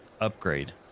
upgrade